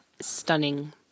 stunning